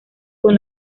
con